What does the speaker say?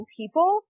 people